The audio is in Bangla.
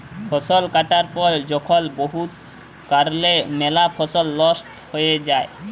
ফসল কাটার পর যখল বহুত কারলে ম্যালা ফসল লস্ট হঁয়ে যায়